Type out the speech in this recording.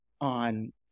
on